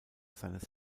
seines